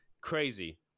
Crazy